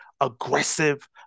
aggressive